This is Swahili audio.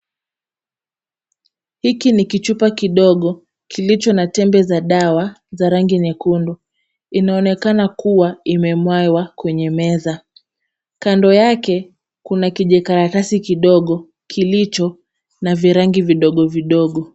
Hiki ni kichupa kidogo, kilicho na tembe za dawa za rangi ya nyekundu. Inaonekana kuwa imemwagwa kwenye meza. Kando yake, kuna kijikaratasi kidogo, kilicho na virangi vidogo vidogo.